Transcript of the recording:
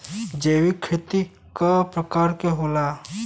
जैविक खेती कव प्रकार के होला?